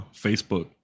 Facebook